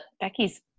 Becky's